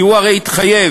כי הוא הרי התחייב